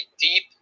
deep